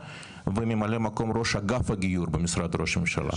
וממלא מקום ראש אגף הגיור במשרד ראש הממשלה.